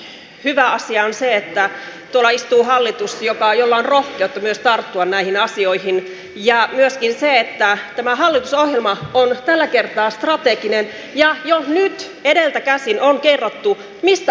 toinen hyvä asia on se että tuolla istuu hallitus jolla on rohkeutta myös tarttua näihin asioihin ja myöskin se että tämä hallitusohjelma on tällä kertaa strateginen ja jo nyt edeltä käsin on kerrottu mistä aiotaan leikata